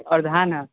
आओर धान है